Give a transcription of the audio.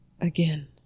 Again